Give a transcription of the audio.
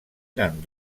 eren